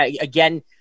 again